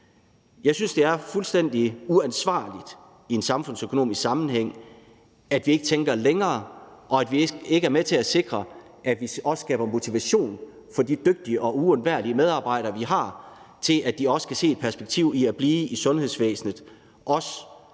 Jeg synes, det er fuldstændig uansvarligt i en samfundsøkonomisk sammenhæng, at vi ikke tænker længere, og at vi ikke er med til at sikre, at vi også skaber motivation for de dygtige og uundværlige medarbejdere, vi har, til, at de også kan se et perspektiv i at blive i sundhedsvæsenet om